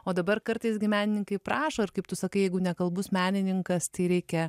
o dabar kartais gi menininkai prašo ir kaip tu sakai jeigu nekalbus menininkas tai reikia